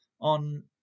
on